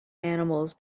animals